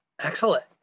excellent